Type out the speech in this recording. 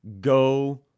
go